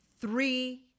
three